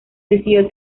decidió